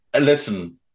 Listen